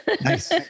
Nice